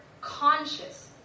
conscious